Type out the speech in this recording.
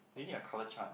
do you need a colour chart